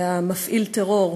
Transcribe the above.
והמפעיל טרור,